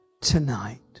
tonight